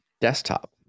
desktop